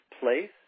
place